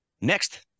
Next